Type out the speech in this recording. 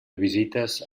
visites